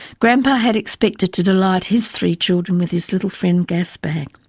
grandpa had expected to delight his three children with his little friend gasbag.